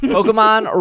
Pokemon